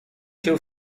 się